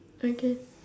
okay